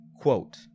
Quote